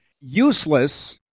Useless